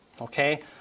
Okay